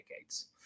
decades